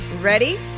Ready